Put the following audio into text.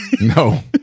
No